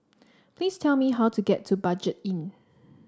please tell me how to get to Budget Inn